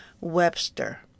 Webster